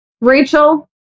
Rachel